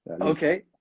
Okay